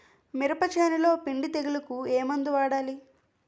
మినప చేనులో పిండి తెగులుకు ఏమందు వాడాలి?